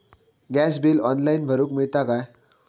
Gas bill online भरुक मिळता काय?